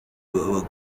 b’abagore